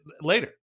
later